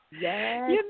Yes